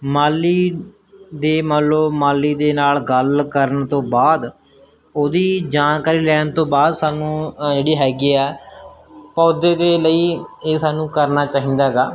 ਮਾਲੀ ਦੀ ਮੰਨ ਲਓ ਮਾਲੀ ਦੇ ਨਾਲ ਗੱਲ ਕਰਨ ਤੋਂ ਬਾਅਦ ਉਹਦੀ ਜਾਣਕਾਰੀ ਲੈਣ ਤੋਂ ਬਾਅਦ ਸਾਨੂੰ ਜਿਹੜੀ ਹੈਗੀ ਆ ਪੌਦੇ ਦੇ ਲਈ ਇਹ ਸਾਨੂੰ ਕਰਨਾ ਚਾਹੀਦਾ ਗਾ